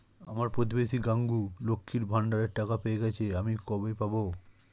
আমার প্রতিবেশী গাঙ্মু, লক্ষ্মীর ভান্ডারের টাকা পেয়ে গেছে, আমি কবে পাব?